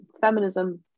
feminism